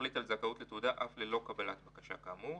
להחליט על זכאות לתעודה אף ללא קבלת בקשה כאמור.